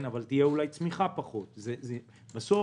אבל תהיה פחות צמיחה.